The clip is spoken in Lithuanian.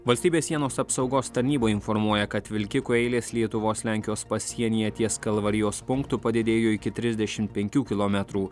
valstybės sienos apsaugos tarnyba informuoja kad vilkikų eilės lietuvos lenkijos pasienyje ties kalvarijos punktu padidėjo iki trisdešim penkių kilometrų